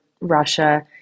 Russia